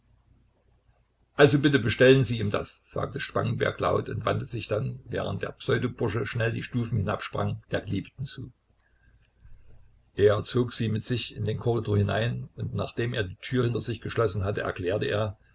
also bitte bestellen sie ihm das sagte spangenberg laut und wandte sich dann während der pseudo bursche schnell die stufen hinabsprang der geliebten zu er zog sie mit sich in den korridor hinein und nachdem er die tür hinter sich geschlossen hatte erklärte er